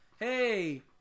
Hey